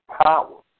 power